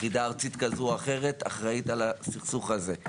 יחידה ארצית כזו או אחרת אחראית על הסכסוך הזה.